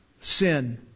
sin